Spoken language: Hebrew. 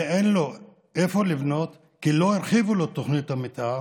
ואין לו איפה לבנות כי לא הרחיבו לו את תוכנית המתאר,